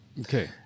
Okay